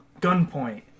Gunpoint